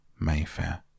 Mayfair